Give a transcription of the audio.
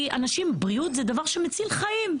כי אנשים, בריאות זה דבר שמציל חיים.